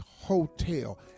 hotel